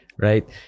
right